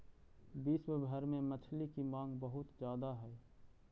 विश्व भर में मछली की मांग बहुत ज्यादा हई